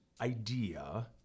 idea